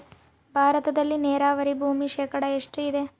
ಭಾರತದಲ್ಲಿ ನೇರಾವರಿ ಭೂಮಿ ಶೇಕಡ ಎಷ್ಟು ಇದೆ?